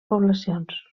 poblacions